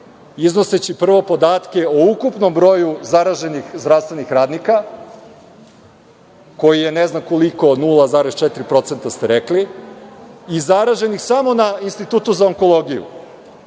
iznoseći prvo podatke o ukupnom broju zaraženih zdravstvenih radnika koji je ne znam koliko, 0,4% ste rekli i zaraženih samo na Institutu za onkologiju,